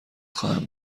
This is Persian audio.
خواهم